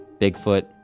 Bigfoot